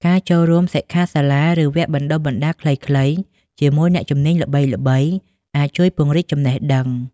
ការចូលរួមសិក្ខាសាលា ឬវគ្គបណ្តុះបណ្តាលខ្លីៗជាមួយអ្នកជំនាញល្បីៗអាចជួយពង្រីកចំណេះដឹង។